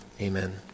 amen